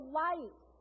light